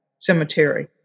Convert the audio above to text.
cemetery